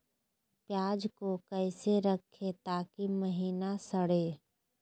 प्याज को कैसे रखे ताकि महिना सड़े?